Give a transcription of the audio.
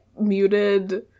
muted